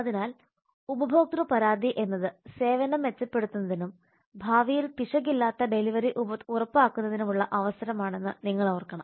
അതിനാൽ ഉപഭോക്തൃ പരാതി എന്നത് സേവനം മെച്ചപ്പെടുത്തുന്നതിനും ഭാവിയിൽ പിശകില്ലാത്ത ഡെലിവറി ഉറപ്പാക്കുന്നതിനുമുള്ള അവസരമാണെന്ന് നിങ്ങൾ ഓർക്കണം